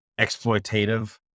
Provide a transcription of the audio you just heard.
exploitative